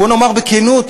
בואו נאמר בכנות,